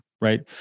right